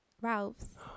ralph's